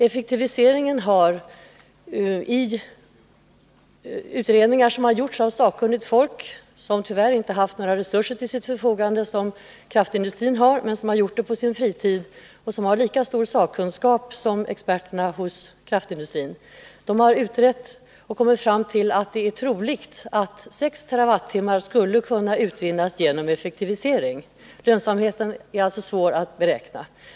Personer med samma sakkunskap som kraftindustrins experter men tyvärr inte med samma resurser till förfogande som kraftindustrin — de har gjort arbetet på sin fritid — har i utredningar kommit fram till att det är troligt att 6 TWh skulle kunna utvinnas genom effektivisering och att lönsamheten är svår att beräkna.